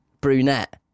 brunette